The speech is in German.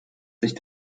sich